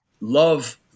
love